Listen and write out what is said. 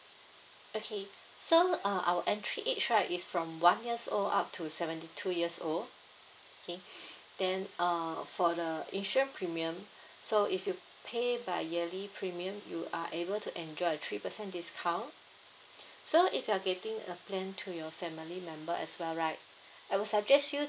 okay so uh our entry age right is from one years old up to seventy two years old okay then uh for the insurance premium so if you pay by yearly premium you are able to enjoy a three percent discount so if you're getting a plan to your family member as well right I will suggest you